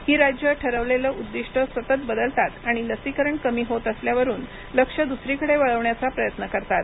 ही राज्य ठरवलेलं उद्दिष्ट सतत बदलतात आणि लसीकरण कमी होत असल्यावरून लक्ष दुसरीकडे वळविण्याचा प्रयत्न करतात